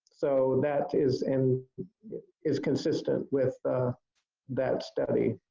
so that is and is consistent with that study,